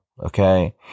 okay